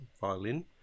violin